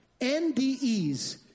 NDEs